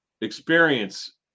experience